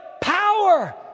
power